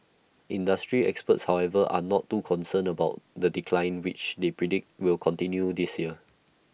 industry experts however are not too concerned about the decline which they predict will continue this year